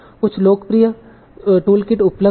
कुछ लोकप्रिय टूलकिट उपलब्ध हैं